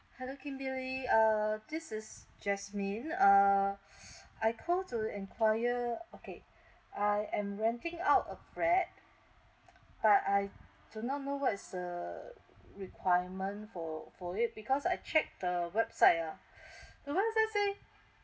hello kimberly uh this is jasmine uh I call to enquire okay I am renting out a flat but I do not know what is the requirement for for it because I check the website ah the website say